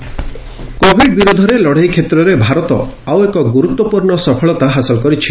Covid status Covid ବିରୋଧରେ ଲଢ଼େଇ କ୍ଷେତ୍ରରେ ଭାରତ ଆଉ ଏକ ଗୁରୁତ୍ୱପୂର୍ଣ୍ଣ ସଫଳତା ହାସଲ କରିଛି